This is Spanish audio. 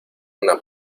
una